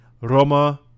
Roma